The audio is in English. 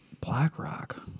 BlackRock